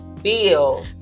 feel